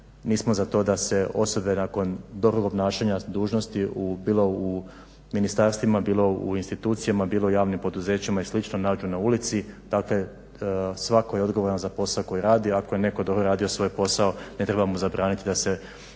nismo za to da se osobe nakon dugog obnašanja dužnosti bilo u ministarstvima, bilo institucijama, bilo u javnim poduzećima i slično nađu na ulici. Dakle svatko je odgovaran za osao koji radi, ako je netko dobro radio svoj posao ne treba mu zabraniti da i